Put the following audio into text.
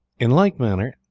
in like manner,